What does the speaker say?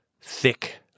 thick